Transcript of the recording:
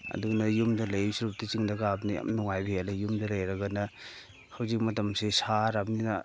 ꯑꯗꯨꯅ ꯌꯨꯝꯗ ꯂꯩꯗꯣꯏ ꯁꯔꯨꯛꯄꯨꯗꯤ ꯆꯤꯡꯗ ꯀꯥꯕꯅ ꯌꯥꯝ ꯅꯨꯡꯉꯥꯏꯕ ꯍꯦꯜꯂꯤ ꯌꯨꯝꯗ ꯂꯩꯔꯒꯅ ꯍꯧꯖꯤꯛ ꯃꯇꯝꯁꯤ ꯁꯥꯔꯕꯅꯤꯅ